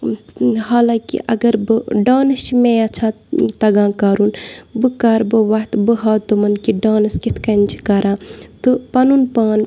حالانٛکہِ اَگَر بہٕ ڈانٕس چھِ مےٚ یا چھا تَگان کَرُن بہٕ کَرٕ بہٕ وَتھہٕ بہٕ ہاوٕ تِمَن کہِ ڈانٕس کِتھ کٔنۍ چھِ کَران تہٕ پَنُن پان